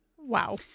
Wow